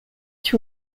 two